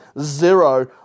Zero